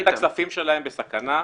בסכנה,